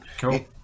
Cool